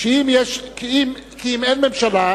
כי אם אין ממשלה,